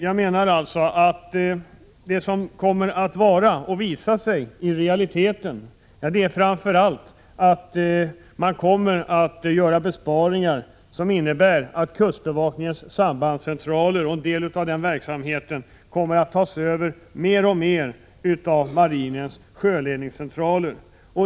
Jag menar alltså att det som kommer att visa sig i realiteten är framför allt att man kommer att göra besparingar som innebär att kustbevakningens sambandscentraler och en del av den verksamheten mer och mer kommer att tas över av marinens sjöledningscentraler.